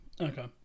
Okay